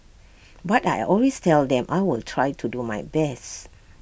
but I always tell them I will try to do my best